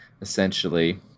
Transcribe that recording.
essentially